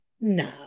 no